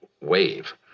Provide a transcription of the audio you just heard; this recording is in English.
wave